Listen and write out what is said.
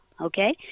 okay